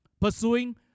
pursuing